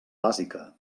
bàsica